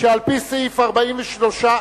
שעל-פי סעיף 43(א)